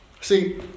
See